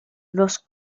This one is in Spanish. los